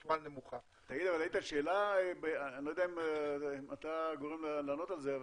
אני לא יודע אם אתה הגורם לענות על זה,